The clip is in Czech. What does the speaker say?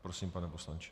Prosím, pane poslanče.